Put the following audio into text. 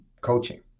coaching